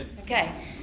Okay